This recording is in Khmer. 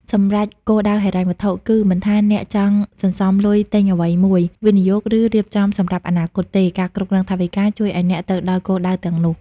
សម្រេចគោលដៅហិរញ្ញវត្ថុគឺ មិនថាអ្នកចង់សន្សំលុយទិញអ្វីមួយ វិនិយោគ ឬរៀបចំសម្រាប់អនាគតទេ ការគ្រប់គ្រងថវិកាជួយឱ្យអ្នកទៅដល់គោលដៅទាំងនោះ។